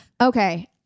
Okay